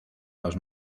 los